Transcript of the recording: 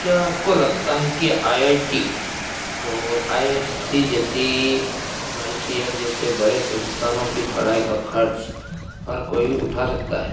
क्या आपको लगता है की आई आई टी और आई आइ एस सी जैसी आई सी एम जैसे बड़े संस्थानों की पढ़ाई का खर्च हर कोई उठा सकता है